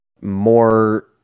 more